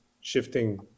shifting